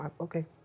Okay